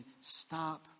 stop